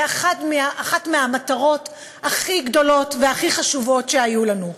והיה אחת מהמטרות הכי גדולות והכי חשובות שהיו לנו.